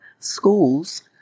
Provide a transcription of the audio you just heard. Schools